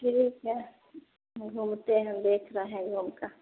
ठीक है घूमते हैं देख रहे घूमकर